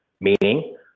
Meaning